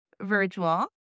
virtual